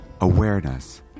awareness